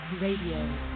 RADIO